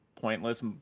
pointless